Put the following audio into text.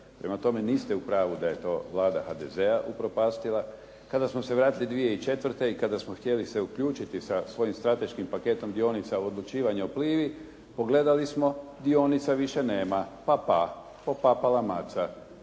prema tome niste u pravu da je to Vlada HDZ-a upropastila. Kada smo se vratili 2004. i kada smo htjeli se uključiti sa svojim strateškim paketom dionica u odlučivanje o Plivi, pogledali smo, dionica više nema. Pa-pa. Popala maca.